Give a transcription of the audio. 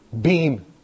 Beam